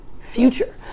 future